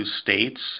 states